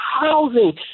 housing